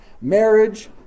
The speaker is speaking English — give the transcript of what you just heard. marriage